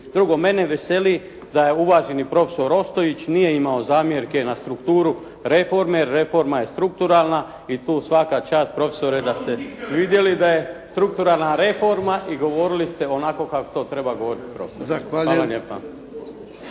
Drugo, mene veseli da uvaženi profesor Ostojić nije imao zamjerke na strukturu reforme. Reforma je strukturalna i tu svaka čast profesore da ste vidjeli da je strukturalna reforma i govorili ste onako kako to treba govoriti